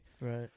Right